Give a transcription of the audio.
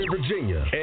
Virginia